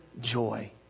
joy